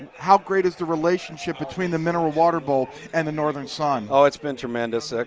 how great is the relationship between the mineral water bowel and the northern sun? oh it's been tremendous, ah